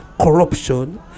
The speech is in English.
corruption